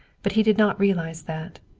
but he did not realize that.